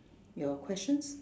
your questions